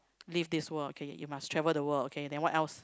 leave this world okay you must travel world okay then what else